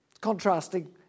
Contrasting